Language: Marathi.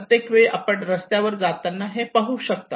प्रत्येक वेळी आपण रस्त्यावर जाताना आपण हे पाहू शकता